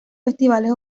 festivales